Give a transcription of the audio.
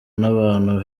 n’abantu